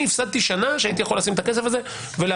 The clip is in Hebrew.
אני הפסדתי שנה שהייתי יכול לשים את הכסף הזה ולעשות